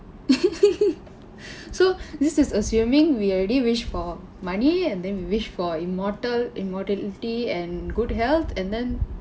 so this is assuming we already wish for money and then we wish for immortal immortality and good health and then